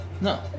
No